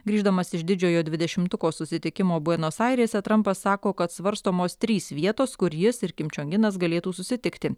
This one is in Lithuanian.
grįždamas iš didžiojo dvidešimtuko susitikimo buenos airėse trampas sako kad svarstomos trys vietos kur jis ir kim čong inas galėtų susitikti